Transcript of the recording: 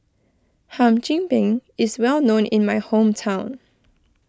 Hum Chim Peng is well known in my hometown